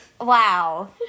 Wow